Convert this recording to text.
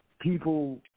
people